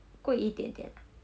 贵一点点啊